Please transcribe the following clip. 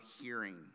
hearing